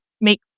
make